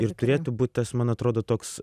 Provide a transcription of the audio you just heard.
ir turėtų būt tas man atrodo toks